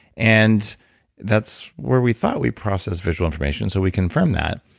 and that's where we thought we process visual information. so we confirm that.